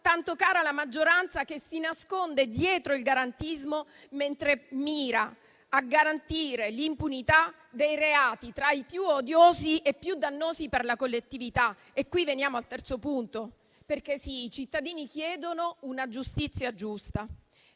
tanto cara alla maggioranza che si nasconde dietro il garantismo mentre mira a garantire l'impunità dei reati tra i più odiosi e i più dannosi per la collettività. Veniamo così al terzo punto. Sì, i cittadini chiedono una giustizia giusta